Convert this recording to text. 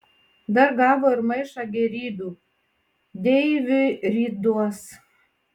dar gavo ir maišą gėrybių deiviui ryt duos